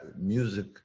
music